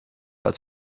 als